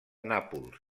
nàpols